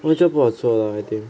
那 job 不好做 lah I think